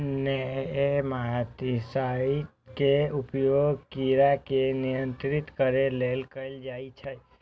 nematicides के उपयोग कीड़ा के नियंत्रित करै लेल कैल जाइ छै